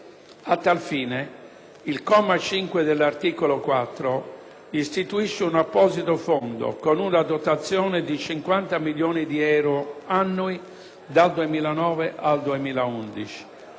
A tal fine il comma 5 dell'articolo 4 istituisce un apposito fondo con una dotazione di 50 milioni di euro annui dal 2009 al 2011.